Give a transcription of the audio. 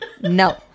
no